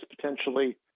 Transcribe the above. potentially